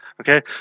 Okay